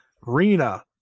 Rina